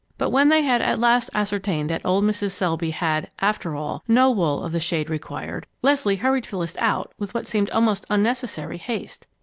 but when they had at last ascertained that old mrs. selby had, after all, no wool of the shade required, leslie hurried phyllis out with what seemed almost unnecessary haste.